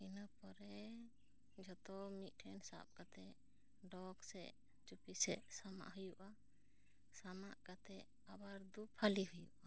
ᱤᱱᱟᱹ ᱯᱚᱨᱮ ᱡᱚᱛᱚ ᱢᱤᱫ ᱴᱷᱮᱱ ᱥᱟᱵ ᱠᱟᱛᱮ ᱰᱚᱜᱽ ᱥᱮᱫ ᱪᱩᱯᱤ ᱥᱮᱫ ᱥᱟᱢᱟᱜ ᱦᱩᱭᱩᱜᱼᱟ ᱥᱟᱢᱟᱜ ᱠᱟᱛᱮ ᱟᱵᱟᱨ ᱫᱩ ᱯᱷᱟᱹᱞᱤ ᱦᱩᱭᱩᱜᱼᱟ